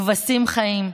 כבשים חיים,